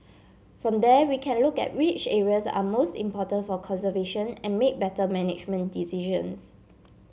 from there we can look at which areas are most important for conservation and make better management decisions